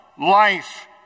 life